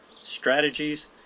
strategies